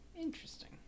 Interesting